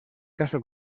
caso